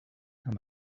and